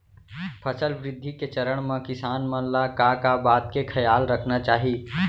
फसल वृद्धि के चरण म किसान मन ला का का बात के खयाल रखना चाही?